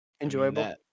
Enjoyable